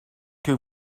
que